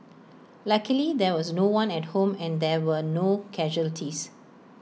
luckily there was no one at home and there were no casualties